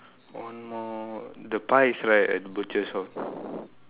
one more the pie is right at the butcher store